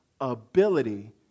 ability